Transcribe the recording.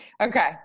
okay